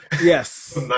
yes